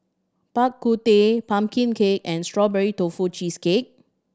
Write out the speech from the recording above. Bak Kut Teh pumpkin cake and Strawberry Tofu Cheesecake